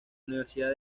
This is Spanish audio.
universidad